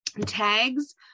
tags